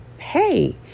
Hey